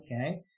Okay